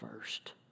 first